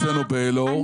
גם אצלנו באלאור,